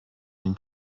den